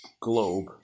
globe